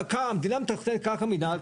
המדינה מתחזקת קרקע מינהל.